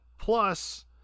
Plus